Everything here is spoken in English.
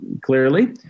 clearly